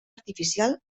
artificial